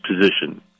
position